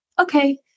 okay